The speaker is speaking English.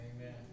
Amen